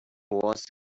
was